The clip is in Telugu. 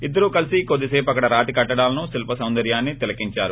ఇద్దరూ కలిసి కొద్ది సేపు అక్కడ రాతి కట్టడాలను శిల్ప సాందర్యాన్ని తిలకించారు